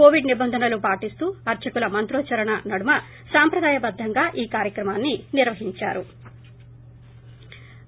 Covid నిబంధనలు పాటిస్తూ అర్చకుల మంత్రోచ్చరణ నడుమ సాంప్రదాయ బద్దంగా కార్యక్రమాన్ని నిర్వహించారు